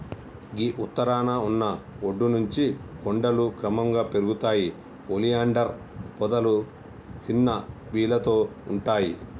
గీ ఉత్తరాన ఉన్న ఒడ్డు నుంచి కొండలు క్రమంగా పెరుగుతాయి ఒలియాండర్ పొదలు సిన్న బీలతో ఉంటాయి